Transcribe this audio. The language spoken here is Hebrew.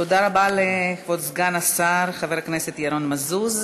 תודה רבה לכבוד סגן השר חבר הכנסת ירון מזוז.